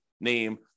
name